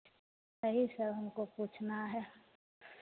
यही सब हमको पूछना है